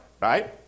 right